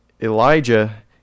Elijah